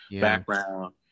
background